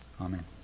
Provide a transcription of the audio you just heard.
Amen